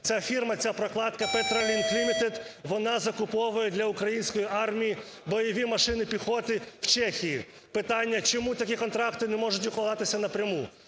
Це фірма, ця прокладка Petralink Limited, вона закуповує для української армії бойові машини піхоти в Чехії. Питання: чому такі контракти не можуть укладатися напряму.